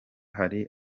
hari